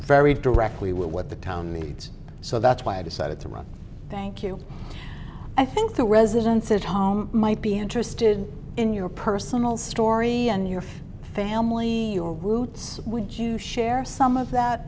very directly with what the town needs so that's why i decided to run thank you i think the residents at home might be interested in your personal story and your family your roots would you share some of that